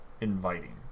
inviting